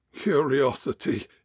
curiosity